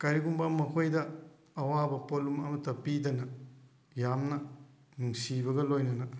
ꯀꯔꯤꯒꯨꯝꯕ ꯃꯈꯣꯏꯗ ꯑꯋꯥꯕ ꯄꯣꯠꯂꯨꯝ ꯑꯃꯠꯇ ꯄꯤꯗꯅ ꯌꯥꯝꯅ ꯅꯨꯡꯁꯤꯕꯒ ꯂꯣꯏꯅꯅ